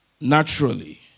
naturally